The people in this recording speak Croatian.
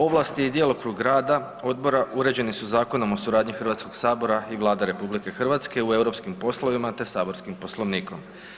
Ovlasti i djelokrug rada odbora određeni su Zakon o suradnji Hrvatskog sabora i Vlade RH u europskim poslovima te saborskim Poslovnikom.